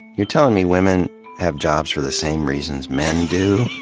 you're telling me women have jobs for the same reasons men do?